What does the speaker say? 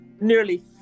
nearly